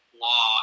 law